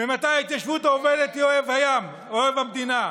ממתי ההתיישבות העובדת היא אויב העם, אויב המדינה?